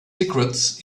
secrets